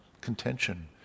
contention